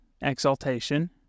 exaltation